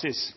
økt